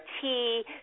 tea